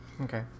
Okay